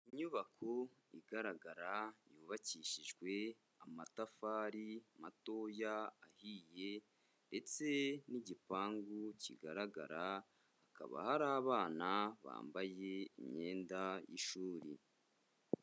Inyubako igaragara yubakishijwe amatafari matoya ahiye ndetse n'igipangu kigaragara, hakaba hari abana bambaye imyenda y'ishuri.